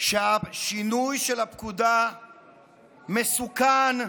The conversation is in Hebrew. שהשינוי של הפקודה מסוכן,